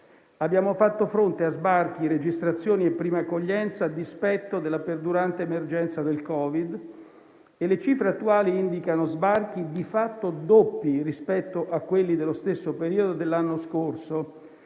Abbiamo fatto fronte a sbarchi, registrazioni e prima accoglienza, a dispetto della perdurante emergenza Covid; le cifre attuali indicano sbarchi di fatto doppi rispetto a quelli dello stesso periodo dell'anno scorso